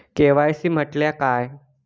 KYC म्हटल्या काय?